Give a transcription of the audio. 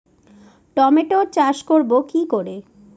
টমেটোর চাষ করব কি করে?